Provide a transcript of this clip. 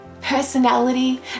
personality